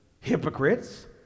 hypocrites